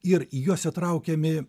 ir į juos įtraukiami